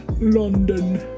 London